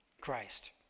Christ